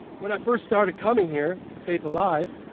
when i first started coming here, to faith alive,